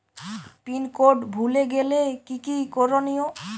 Pin code ভুলে গেলে কি কি করনিয়?